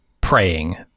praying